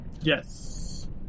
Yes